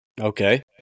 Okay